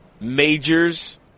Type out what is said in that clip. majors